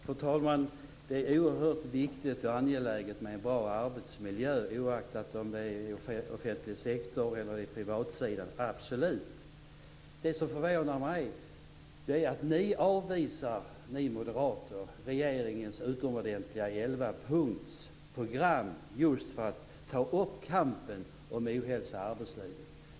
Fru talman! Det är oerhört viktigt och angeläget med en bra arbetsmiljö oaktat om det är i offentlig sektor eller på den privata sidan, det är det absolut. Det som förvånar mig är att ni moderater avvisar regeringens utomordentliga elvapunktsprogram för att just ta upp kampen mot ohälsa i arbetslivet.